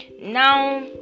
now